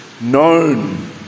known